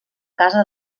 casa